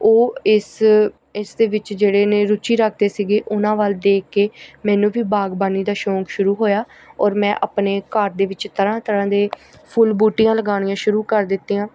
ਉਹ ਇਸ ਇਸ ਦੇ ਵਿੱਚ ਜਿਹੜੇ ਨੇ ਰੁਚੀ ਰੱਖਦੇ ਸੀਗੇ ਉਹਨਾਂ ਵੱਲ ਦੇਖ ਕੇ ਮੈਨੂੰ ਵੀ ਬਾਗਬਾਨੀ ਦਾ ਸ਼ੌਂਕ ਸ਼ੁਰੂ ਹੋਇਆ ਔਰ ਮੈਂ ਆਪਣੇ ਘਰ ਦੇ ਵਿੱਚ ਤਰ੍ਹਾਂ ਤਰ੍ਹਾਂ ਦੇ ਫੁੱਲ ਬੂਟੀਆਂ ਲਗਾਉਣੀਆਂ ਸ਼ੁਰੂ ਕਰ ਦਿੱਤੀਆਂ